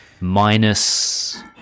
Minus